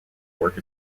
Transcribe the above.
work